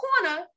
corner